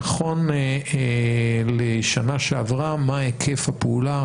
נכון לשנה שעברה מה היקף הפעולה,